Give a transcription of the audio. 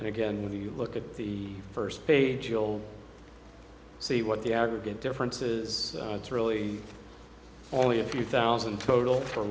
and again when you look at the first page you will see what the aggregate differences it's really only a few thousand total for